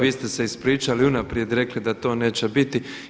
Vi ste se ispričali i unaprijed rekli da to neće biti.